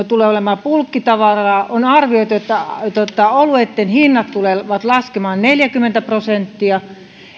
tulevat olemaan bulkkitavaraa on arvioitu että oluitten hinnat tulevat laskemaan neljäkymmentä prosenttia